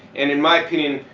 and in my opinion,